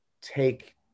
take